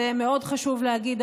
זה מאוד חשוב להגיד,